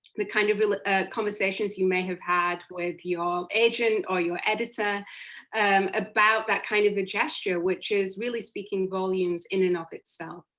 the kind of conversations you may have had with your agent or your editor about that kind of a gesture, which is really speaking volumes in and of itself?